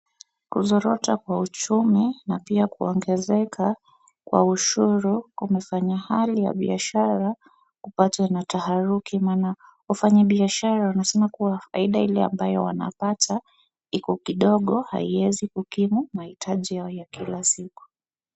Kuzorota kwa uchumi na pia kuongezeka kwa ushuru kumefanya hali ya biashara kupatwa na taharuki. Maana wafanya biashara wanasema kua faida ile ambayo wanapata iko kidogo haiwezi kukimu mahitaji yao ya kila siku.